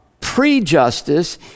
Pre-justice